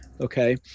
Okay